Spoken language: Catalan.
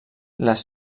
les